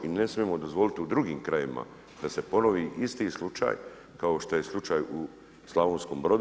I ne smijemo dozvoliti u drugim krajevima da se ponovi isti slučaj kao što je slučaj u Slavonskom Brodu.